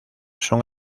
son